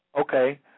Okay